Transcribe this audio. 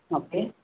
okay